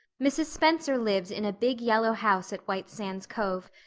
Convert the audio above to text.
mrs. spencer lived in a big yellow house at white sands cove,